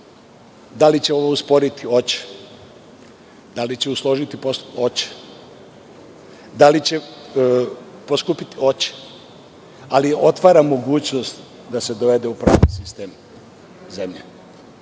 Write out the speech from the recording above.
da li će ovo usporiti? Hoće. Da li će usložiti postupak? Hoće. Da li će poskupeti? Hoće. Ali, otvara mogućnost da se dovede u pravni sistem zemlje.